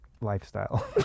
lifestyle